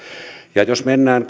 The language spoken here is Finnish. ja jos mennään